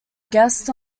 guest